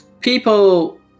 people